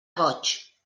goig